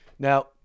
Now